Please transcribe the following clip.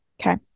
Okay